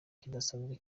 kidasanzwe